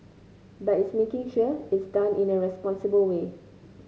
but it's making sure it's done in a responsible way